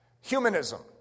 Humanism